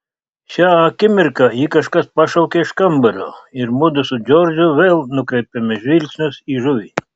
šią akimirką jį kažkas pašaukė iš kambario ir mudu su džordžu vėl nukreipėme žvilgsnius į žuvį